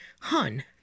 Hun